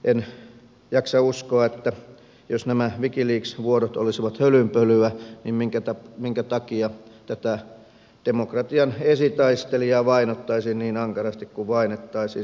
en jaksa uskoa että jos nämä wikileaks vuodot olisivat hölynpölyä tätä demokratian esitaistelijaa vainottaisiin niin ankarasti kuin vainotaan